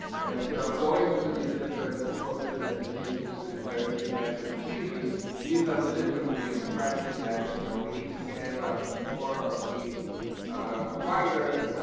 and you know going through these different approaches, medications, physical therapy, intervention procedures leaves us a little bit with the impression that you know we need to stand up more of these providers,